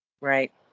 Right